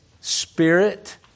Spirit